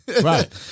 Right